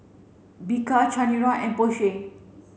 Bika Chanira and Porsche